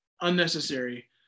unnecessary